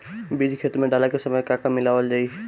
बीज खेत मे डाले के सामय का का मिलावल जाई?